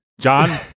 John